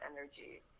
energy